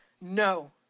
No